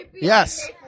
Yes